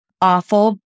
awful